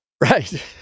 Right